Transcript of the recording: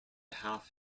half